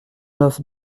neuf